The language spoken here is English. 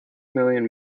million